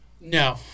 no